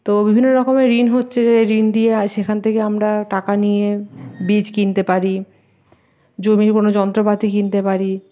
তো বিভিন্নরকমের ঋণ হচ্ছে ঋণ দেওয়া হয় সেখান থেকে আমরা টাকা নিয়ে বীজ কিনতে পারি জমির কোনো যন্ত্রপাতি কিনতে পারি